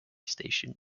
station